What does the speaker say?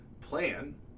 plan